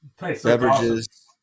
beverages